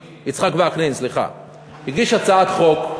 סליחה, יצחק וקנין, הוא הגיש הצעת חוק,